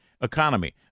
economy